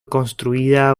construida